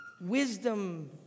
Wisdom